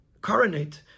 coronate